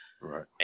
Right